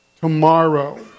tomorrow